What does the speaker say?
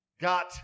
got